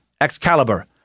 Excalibur